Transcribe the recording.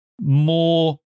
more